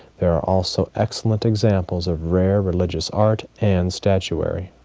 there are also excellent examples of rare religious art and statuary.